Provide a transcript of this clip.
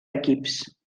equips